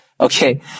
Okay